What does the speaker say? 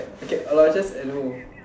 okay Aloysius and who